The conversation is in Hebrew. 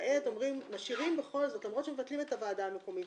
כעת משאירים בכל זאת למרות שמבטלים את הוועדה המקומית,